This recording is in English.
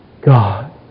God